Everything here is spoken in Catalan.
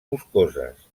boscoses